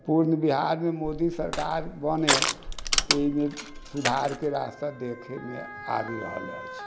पूर्ण बिहारमे मोदी सरकार बनै ताहिमे सुधारके रास्ता देखैमे आबि रहल अछि